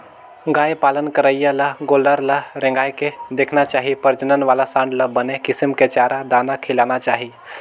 गाय पालन करइया ल गोल्लर ल रेंगाय के देखना चाही प्रजनन वाला सांड ल बने किसम के चारा, दाना खिलाना चाही